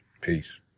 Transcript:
Peace